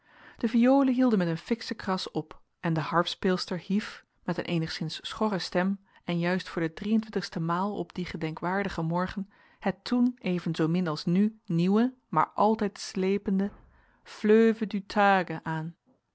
de violen hielden met een fiksche kras op en de harpspeelster hief met een eenigszins schorre stem en juist voor de drieëntwintigste maal op dien gedenkwaardigen morgen het toen even zoo min als nu nieuwe maar altijd slepende fleu ve du ta ge aan